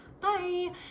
bye